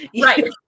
Right